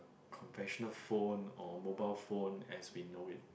conventional phone or mobile phone as we know it